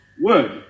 word